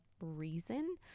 reason